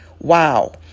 Wow